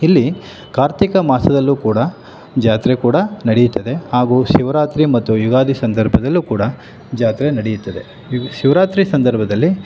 ಇಲ್ಲಿ ಕಾರ್ತಿಕ ಮಾಸದಲ್ಲೂ ಕೂಡ ಜಾತ್ರೆ ಕೂಡ ನಡೆಯುತ್ತದೆ ಹಾಗೂ ಶಿವರಾತ್ರಿ ಮತ್ತು ಯುಗಾದಿ ಸಂದರ್ಭದಲ್ಲೂ ಕೂಡ ಜಾತ್ರೆ ನಡೆಯುತ್ತದೆ ಇಲ್ಲಿ ಶಿವರಾತ್ರಿ ಸಂದರ್ಭದಲ್ಲಿ